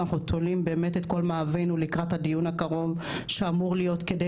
ואנחנו תולים באמת את מאוויינו לקראת הדיון הקרוב שאמור להיות כדי